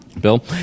Bill